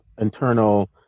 internal